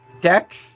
Deck